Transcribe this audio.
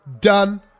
done